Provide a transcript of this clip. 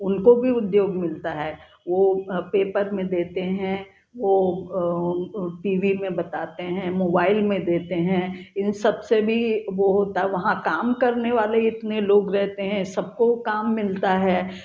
उनको भी उद्योग मिलता है वो पेपर में देते हैं वो टी वी में बताते हैं मोबाईल में देते हैं इन सब से भी वो होता है वहाँ काम करने वाले इतने लोग रहते है सबको काम मिलता है